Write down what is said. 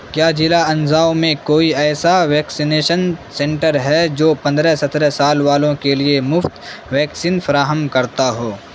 کیا ضلع انزاؤ میں کوئی ایسا ویکسینیشن سنٹر ہے جو پندرہ سترہ سال والوں کے لیے مفت ویکسین فراہم کرتا ہو